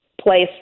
place